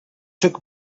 took